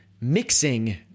mixing